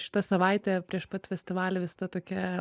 šita savaitė prieš pat festivalį visada tokia